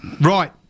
Right